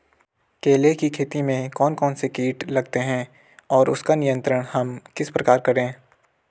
केले की खेती में कौन कौन से कीट लगते हैं और उसका नियंत्रण हम किस प्रकार करें?